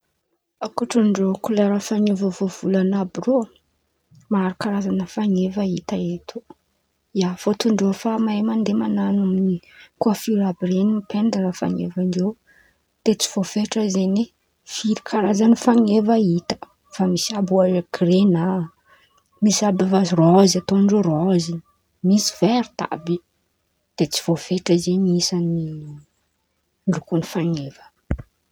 Akôtrandreo koleran̈y fan̈eva voavolan̈a àby irô, maro karazan̈a fan̈eva hita eto. Ia, fôtiny irô mahay mandeha man̈ano koifiora àby ren̈y mipaindra fan̈evandreo de tsy voafetra zen̈y oe firy karazan̈y fan̈eva hita fa misy àby irô gry na misy àby rôzirôzy ataondreo rôzy misy verity àby in̈y de tsy voafetra zen̈y isan̈y lokon̈y fan̈eva.